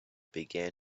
began